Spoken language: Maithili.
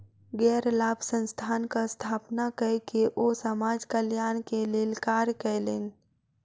गैर लाभ संस्थानक स्थापना कय के ओ समाज कल्याण के लेल कार्य कयलैन